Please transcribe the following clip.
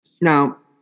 Now